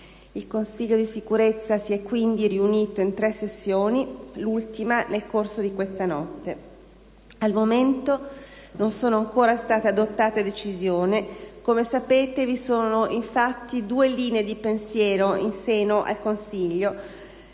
Il Consiglio di Sicurezza si è quindi riunito in tre sessioni, l'ultima nel corso di questa notte. Al momento, non sono ancora state adottate decisioni. Come sapete, vi sono infatti due linee di pensiero in seno al Consiglio